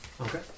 Okay